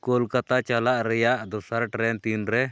ᱠᱳᱞᱠᱟᱛᱟ ᱪᱟᱞᱟᱜ ᱨᱮᱭᱟᱜ ᱫᱚᱥᱟᱨ ᱴᱨᱮᱹᱱ ᱛᱤᱱ ᱨᱮ